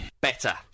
Better